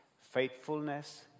faithfulness